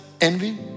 envy